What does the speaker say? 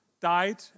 died